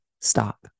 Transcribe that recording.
stop